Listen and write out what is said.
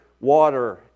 water